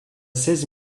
seize